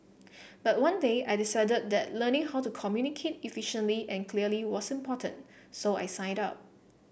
but one day I decided that learning how to communicate efficiently and clearly was important so I signed up